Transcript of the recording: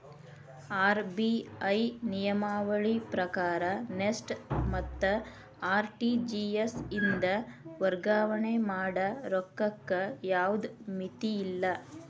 RBI ನಿಯಮಾವಳಿ ಪ್ರಕಾರ NEFT ಮತ್ತ ಆರ್.ಟಿ.ಜಿ.ಎಸ್ ಇಂದ ವರ್ಗಾವಣೆ ಮಾಡ ರೊಕ್ಕಕ್ಕ ಯಾವ್ದ್ ಮಿತಿಯಿಲ್ಲ